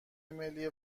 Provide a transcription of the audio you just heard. ملی